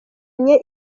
enye